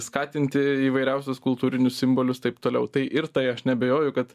skatinti įvairiausius kultūrinius simbolius taip toliau tai ir tai aš neabejoju kad